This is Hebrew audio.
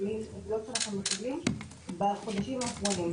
בחודשים האחרונים.